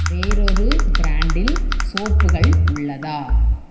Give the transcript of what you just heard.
வேறொரு பிராண்டில் சோப்புகள் உள்ளதா